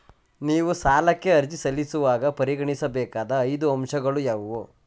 ನೀವು ಸಾಲಕ್ಕೆ ಅರ್ಜಿ ಸಲ್ಲಿಸುವಾಗ ಪರಿಗಣಿಸಬೇಕಾದ ಐದು ಅಂಶಗಳು ಯಾವುವು?